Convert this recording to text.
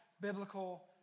biblical